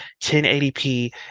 1080p